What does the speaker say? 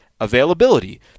availability